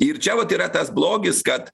ir čia vat yra tas blogis kad